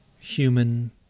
human